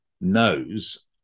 knows